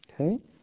Okay